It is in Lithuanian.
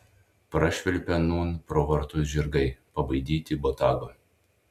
prašvilpė nūn pro vartus žirgai pabaidyti botago